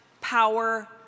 power